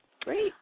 Great